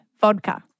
vodka